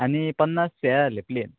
आनी पन्नास शे जाय आसले प्लेन